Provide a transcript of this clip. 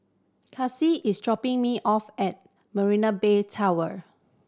Kasey is dropping me off at Marina Bay Tower